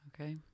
Okay